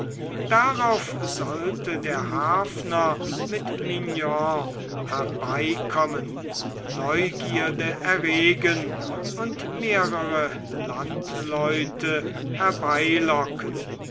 darauf sollte der harfner mit mignon herbeikommen neugierde erregen und mehrere landleute herbeilocken